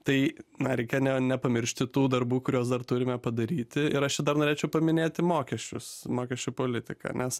tai na reikia ne nepamiršti tų darbų kuriuos dar turime padaryti ir aš čia dar norėčiau paminėti mokesčius mokesčių politiką nes